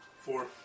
Four